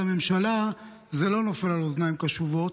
אצל הממשלה זה לא נופל על אוזניים קשובות.